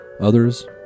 Others